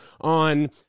on